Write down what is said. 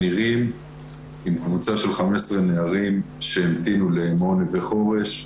קבוצה של 15 נערים שהמתינו למעון "נווה חורש".